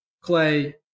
Clay